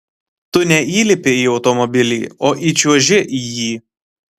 tu neįlipi į automobilį o įčiuoži į jį